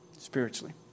Spiritually